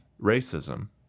racism